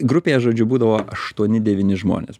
grupėje žodžiu būdavo aštuoni devyni žmonės